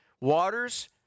Waters